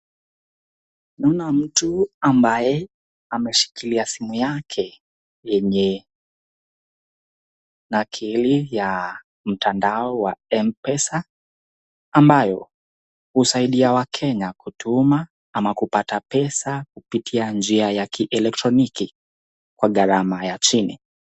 Naona mtu ambaye ameshikilia simu yake yenye nakili ya mtandao wa Mpesa, ambayo husaidia wakenya kutuma pesa ama kupata pesa kupitia njia ya kielectroniki, kwa gharama ya chini.